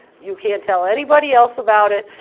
you can't tell anybody else about it.